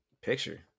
Picture